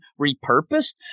repurposed